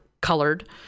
colored